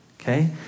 Okay